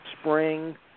spring